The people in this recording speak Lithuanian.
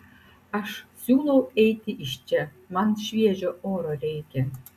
aš siūlau eiti iš čia man šviežio oro reikia